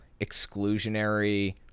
exclusionary